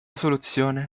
soluzione